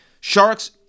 Sharks